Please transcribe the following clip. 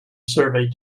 survey